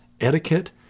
etiquette